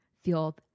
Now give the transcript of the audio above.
feel